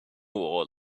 all